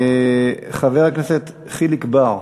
חבר הכנסת חיליק בר,